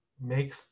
Make